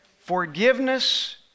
Forgiveness